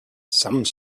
some